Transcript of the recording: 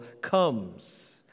comes